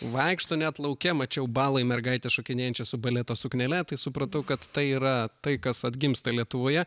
vaikšto net lauke mačiau baloj mergaites šokinėjančias su baleto suknele tai supratau kad tai yra tai kas atgimsta lietuvoje